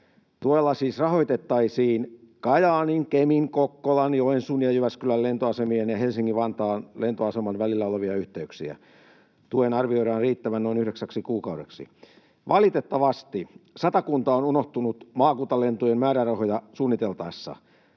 Tuella siis rahoitettaisiin Kajaanin, Kemin, Kokkolan, Joensuun ja Jyväskylän lentoasemien ja Helsinki-Vantaan lentoaseman välillä olevia yhteyksiä. Tuen arvioidaan riittävän noin yhdeksäksi kuukaudeksi. Valitettavasti Satakunta on unohtunut maakuntalentojen määrärahoja suunniteltaessa.